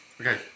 Okay